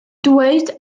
dweud